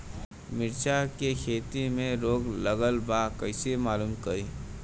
मिर्ची के खेती में रोग लगल बा कईसे मालूम करि?